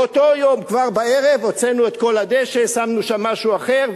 כבר באותו יום בערב הוצאנו את כל הדשא ושמנו שם משהו אחר.